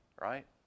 right